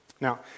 Now